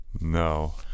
No